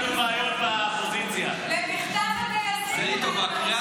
אולי תפנה אל הטייסים.